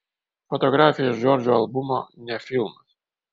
fotografija iš džordžo albumo ne filmas